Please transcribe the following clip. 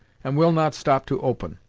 and will not stop to open.